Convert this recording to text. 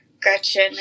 Gretchen